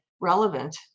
relevant